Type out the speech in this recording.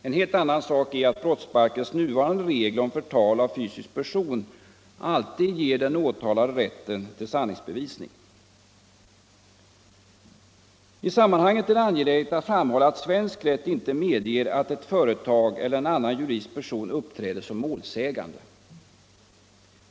En helt annan sak är att brottsbalkens nuvarande regler om förtal av fysisk person alltid ger den åtalade rätten till sanningsbevisning. I sammanhanget är det angeläget att framhålla att svensk rätt inte medger att ett företag eller annan juridisk person uppträder som målsägande.